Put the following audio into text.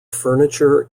furniture